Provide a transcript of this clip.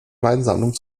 weinsammlung